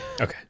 okay